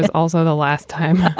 but also the last time